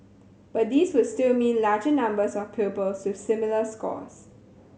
but these would still mean larger numbers of pupils with similar scores